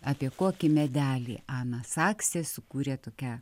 apie kokį medelį ana saksė sukūrė tokią